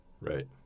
Right